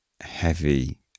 heavy